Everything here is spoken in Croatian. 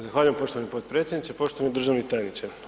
Zahvaljujem poštovani potpredsjedniče, poštovani državni tajniče.